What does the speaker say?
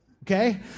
Okay